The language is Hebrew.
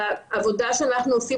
בעבודה שאנחנו עושים,